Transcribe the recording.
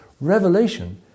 Revelation